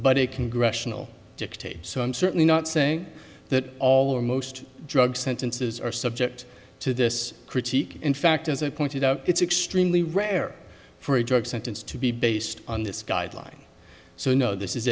a congressional dictate so i'm certainly not saying that all or most drug sentences are subject to this critique in fact as i pointed out it's extremely rare for a drug sentence to be based on this guideline so no this is